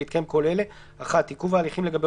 בהתקיים כל אלה: (1)עיכוב ההליכים לגבי